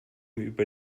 über